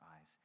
eyes